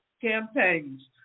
campaigns